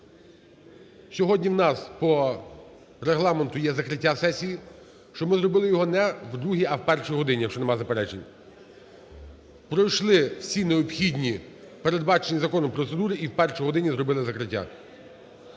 сьогодні у нас по Регламенту є закриття сесії, щоб ми зробили його не в другій, а в першій годині, якщо немає заперечень, пройшли всі необхідні, передбачені законом, процедури і о першій годині зробили закриття.